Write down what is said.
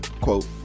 quote